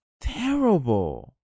terrible